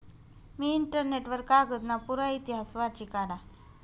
मी internet वर कागदना पुरा इतिहास वाची काढा